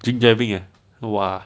drink driving ah !wah!